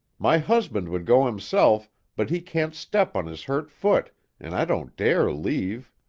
my husband would go himself but he can't step on his hurt foot and i don't dare leave.